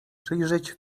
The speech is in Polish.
przyjrzeć